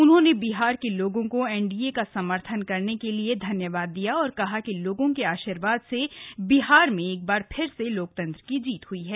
उन्होंने बिहार के लोगों को एनडीए का समर्थन करने के लिए धन्यवाद दिया और कहा कि लोगों के आशीर्वाद से बिहार में एक बार फिर से लोकतंत्र की जीत हई है